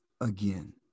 again